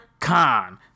Khan